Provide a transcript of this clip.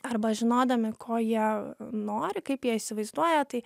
arba žinodami ko jie nori kaip jie įsivaizduoja tai